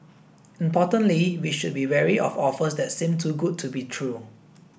importantly we should be wary of offers that seem too good to be true